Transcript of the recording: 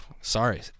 sorry